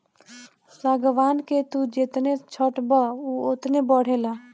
सागवान के तू जेतने छठबअ उ ओतने बढ़ेला